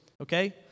okay